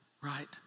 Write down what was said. Right